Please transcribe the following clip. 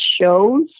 shows